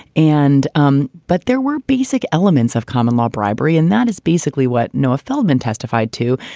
and um but there were basic elements of common law bribery. and that is basically what noah feldman testified to.